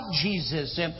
Jesus